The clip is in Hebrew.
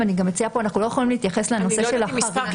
ואני גם מציעה פה אנחנו לא יכולים להתייחס לנושא של החריגים.